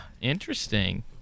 Interesting